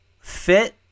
fit